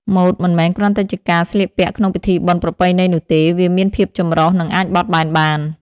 ម៉ូដមិនមែនគ្រាន់តែជាការស្លៀកពាក់ក្នុងពិធីបុណ្យប្រពៃណីនោះទេ វាមានភាពចម្រុះនិងអាចបត់បែនបាន។